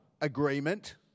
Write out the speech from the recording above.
agreement